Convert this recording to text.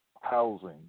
housing